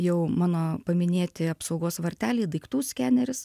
jau mano paminėti apsaugos varteliai daiktų skeneris